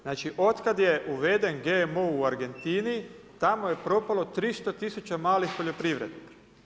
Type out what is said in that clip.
Znači otkad je uveden GMO u Argentini, tamo je propalo 300 000 malih poljoprivrednika.